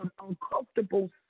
uncomfortable